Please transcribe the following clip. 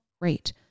Great